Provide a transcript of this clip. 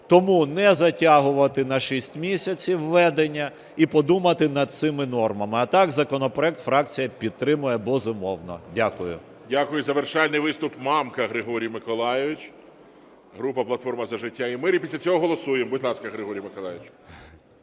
Тому не затягувати на шість місяців введення і подумати над цими нормами. А так законопроект фракція підтримує, безумовно. Дякую. ГОЛОВУЮЧИЙ. Дякую. Завершальний виступ, Мамка Григорій Миколайович, група "Платформа за життя та мир", і після цього голосуємо. Будь ласка, Григорій Миколайович.